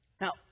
Now